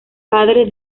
padre